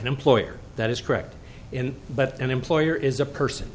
an employer that is correct in but an employer is a person